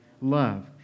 Love